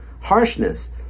harshness